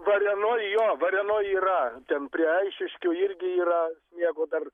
varėnoj jo varėnoj yra ten prie eišiškių irgi yra sniego dar